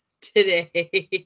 today